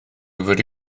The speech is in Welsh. wedi